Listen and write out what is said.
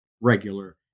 regular